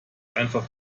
einfach